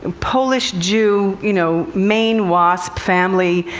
and polish jew, you know, main wasp family.